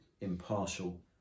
impartial